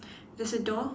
there's a door